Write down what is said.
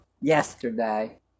yesterday